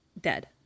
Dead